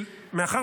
מאחר